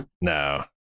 No